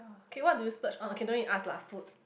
okay what do you splurge on okay no need to ask lah food